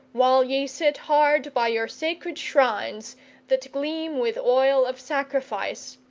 while ye sit hard by your sacred shrines that gleam with oil of sacrifice,